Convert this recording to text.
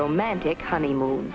romantic honeymoon